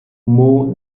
mow